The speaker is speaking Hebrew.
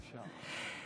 בבקשה.